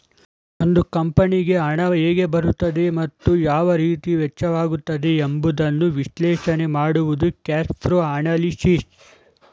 ಒಂದು ಕಂಪನಿಗೆ ಹಣ ಹೇಗೆ ಬರುತ್ತದೆ ಮತ್ತು ಯಾವ ರೀತಿ ವೆಚ್ಚವಾಗುತ್ತದೆ ಎಂಬುದನ್ನು ವಿಶ್ಲೇಷಣೆ ಮಾಡುವುದು ಕ್ಯಾಶ್ಪ್ರೋ ಅನಲಿಸಿಸ್